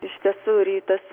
iš tiesų rytas